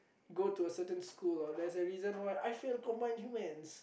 go to a certain school or there's a reason why I fail combined humans